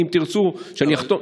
אם תרצו שאני אכתוב,